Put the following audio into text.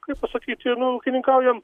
kaip pasakyti nu ūkininkaujam